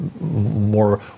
more